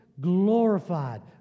glorified